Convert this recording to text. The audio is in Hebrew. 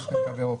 יש להם תו ירוק,